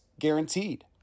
guaranteed